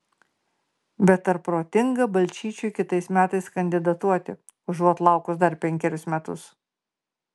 bet ar protinga balčyčiui kitais metais kandidatuoti užuot laukus dar penkerius metus